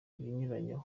ikinyuranyo